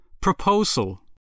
Proposal